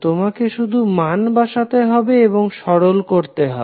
তোমাকে শুধু মান বসাতে হবে এবং সরল করতে হবে